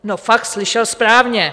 No fakt, slyšel správně.